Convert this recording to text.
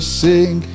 sing